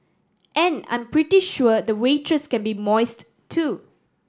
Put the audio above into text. and I'm pretty sure the waitress can be moist too